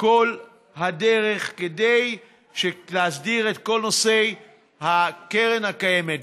כל הדרך כדי להסדיר את כל נושא קרן הקיימת,